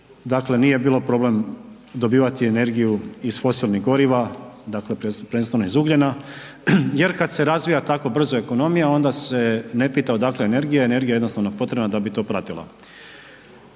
dakle nije bilo problem dobivati energiju iz fosilnih goriva, dakle prvenstveno iz ugljena jer kad se razvija tako brzo ekonomija onda se ne pita odakle energija, energija je jednostavno potrebna da bi to pratila.